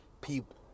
people